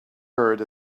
herd